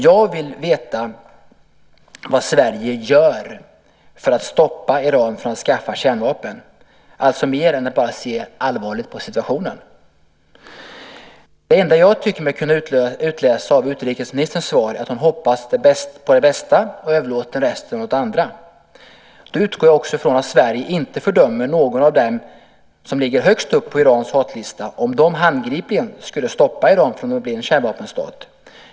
Jag vill veta vad Sverige gör för att stoppa Iran när det gäller att skaffa sig kärnvapen - alltså mer än att bara allvarligt se på situationen. Det enda jag tycker mig kunna utläsa av utrikesministerns svar är att hon hoppas på det bästa och överlåter resten åt andra. Då utgår jag också från att Sverige inte fördömer någon av dem som ligger högst upp på Irans hatlista om de handgripligen skulle stoppa Iran när det gäller att bli en kärnvapenstat.